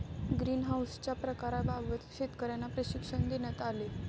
ग्रीनहाउसच्या प्रकारांबाबत शेतकर्यांना प्रशिक्षण देण्यात आले